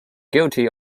guilty